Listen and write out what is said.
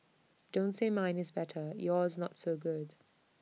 don't say mine is better yours not so good